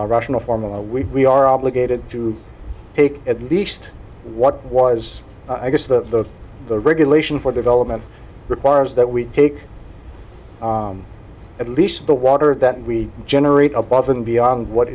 a rational form of we are obligated to take at least what was i guess the the regulation for development requires that we take at least the water that we generate above and beyond what